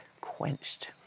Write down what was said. quenched